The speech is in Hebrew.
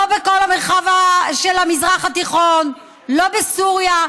לא בכל המרחב של המזרח התיכון, לא בסוריה.